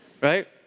Right